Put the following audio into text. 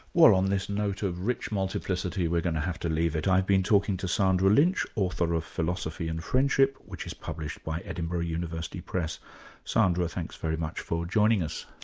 well on this note of rich multiplicity we're going to have to leave if. i've been talking to sandra lynch, author of philosophy and friendship which is published by edinburgh university press sandra thanks very much for joining us.